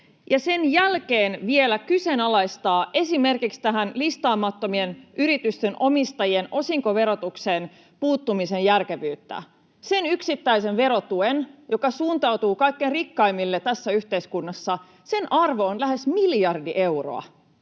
sen jälkeen vielä kyseenalaisti esimerkiksi tähän listaamattomien yritysten omistajien osinkoverotukseen puuttumisen järkevyyttä, sen yksittäisen verotuen, joka suuntautuu kaikkein rikkaimmille tässä yhteiskunnassa. Sen arvo on lähes miljardi euroa